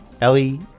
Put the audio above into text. Ellie